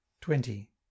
twenty